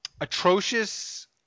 atrocious